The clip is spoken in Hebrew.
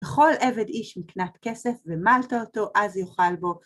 ‫בכל עבד איש מקנה כסף ומלת אותו, ‫אז יאכל בו.